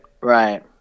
right